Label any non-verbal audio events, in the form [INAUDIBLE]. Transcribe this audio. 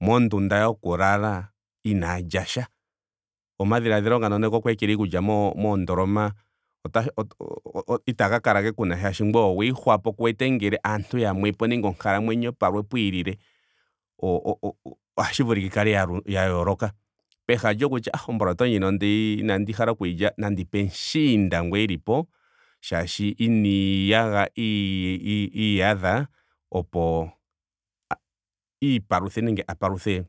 Mondunda yoku lala inaa lya sha. Go omadhiladhilo ngano goku ekelahi iikulya mo- moondoloma [UNINTELLIGIBLE] itaga kala ge kuna molwaashoka ngoye owa ihwapo. ku wete ngele aangtu yamwepo nenge onkalamwenyo palwe pwiilile o- o ohashi vulika yi kale ya- ya yooloka. Peha lyoku ah omboloto ndjino ndeyi inandi hala okuyi lya nandi yipe mushiinda ngu elipo shaashi ina [UNINTELLIGIBLE] iyadha opo a- iipaluthe nenge a paluthe